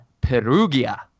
Perugia